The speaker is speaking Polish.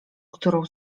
którą